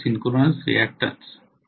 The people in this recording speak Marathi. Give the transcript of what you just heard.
केवळ सिंक्रोनस रिअक्टन्स